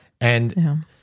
And-